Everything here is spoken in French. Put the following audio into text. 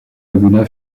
laguna